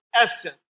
essence